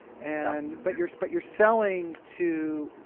and but you're but you're selling to,